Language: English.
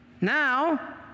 Now